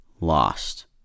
lost